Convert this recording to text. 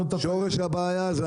שורש הבעיה זה המובילים.